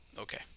Okay